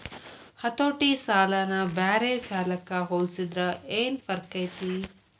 ಹತೋಟಿ ಸಾಲನ ಬ್ಯಾರೆ ಸಾಲಕ್ಕ ಹೊಲ್ಸಿದ್ರ ಯೆನ್ ಫರ್ಕೈತಿ?